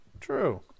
True